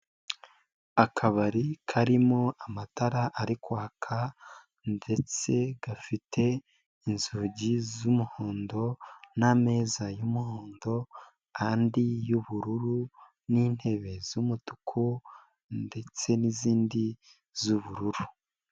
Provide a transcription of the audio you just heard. Akabari karimo amatara ari kwaka ndetse gafite inzugi z'umuhondo n'ameza y'umuhondo andi y'ubururu n'intebe z'umutuku ndetse n'izindi z'ubururu.